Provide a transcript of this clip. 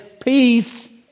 peace